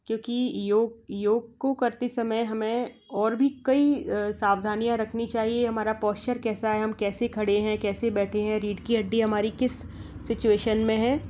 क्योंकि योग योग को करते समय हमें और भी कई सावधानियाँ रखनी चाहिए हमारा पॉस्चर कैसा है हम कैसे खड़े है कैसे बैठे हैं रीढ़ की हड्डी हमारी किस सिचुएशन में है